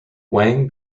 wang